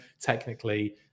technically